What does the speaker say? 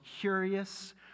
curious